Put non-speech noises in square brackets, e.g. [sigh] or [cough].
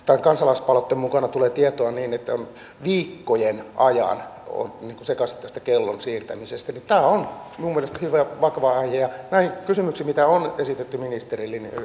[unintelligible] tämän kansalaispalautteen mukana tulee tietoa että viikkojen ajan on sekaisin tästä kellon siirtämisestä tämä on minun mielestäni hirveän vakava aihe näihin kysymyksiin mitä on esitetty ministerille